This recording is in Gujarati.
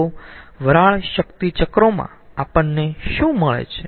તો વરાળ શક્તિ ચક્રોમાં આપણને શું મળે છે